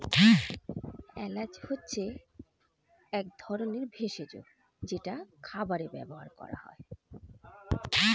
এলাচ হচ্ছে এক ধরনের ভেষজ যেটা খাবারে ব্যবহার করা হয়